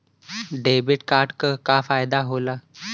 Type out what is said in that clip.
Debit card क का फायदा हो ला?